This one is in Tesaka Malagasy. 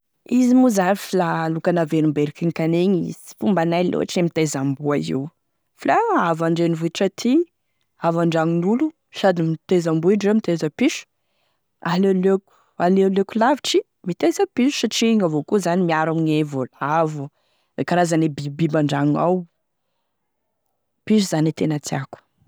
Izy moa zany e loka naverimberiko igny e, sy fombanay loatry e miteza amboa io fa la avy andrenivohitra aty, avy andragn'olo sady miteza amboa indreo, miteza piso, ale- aleoleoko lavitry miteza piso satria igny avao koa zany miaro ame voalavo, e karazane bibibiby an-dragno gnao, piso zany e tena tiako.